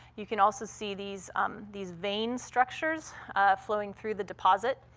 you can also see these um these vein structures flowing through the deposit.